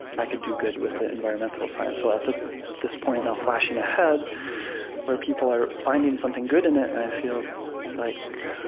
i could do good with the environmental science. so at this this point, now flashing ahead where people are finding something good in it, and i feel like